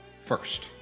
first